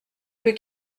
plus